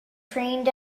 trained